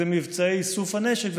זה מבצעי איסוף נשק,